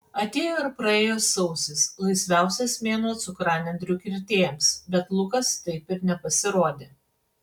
atėjo ir praėjo sausis laisviausias mėnuo cukranendrių kirtėjams bet lukas taip ir nepasirodė